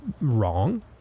wrong